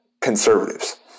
conservatives